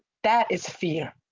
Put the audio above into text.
that is fear.